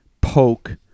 poke